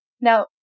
Now